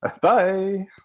Bye